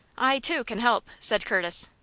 i, too, can help, said curtis.